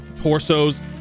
torsos